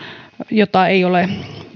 jota ei ole